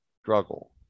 struggle